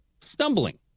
stumbling